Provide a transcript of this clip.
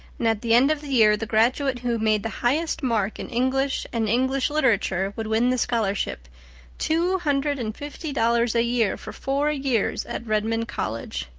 and at the end of the year the graduate who made the highest mark in english and english literature would win the scholarship two hundred and fifty dollars a year for four years at redmond college.